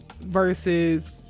versus